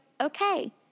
okay